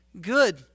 good